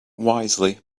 wisely